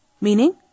Meaning